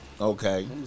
Okay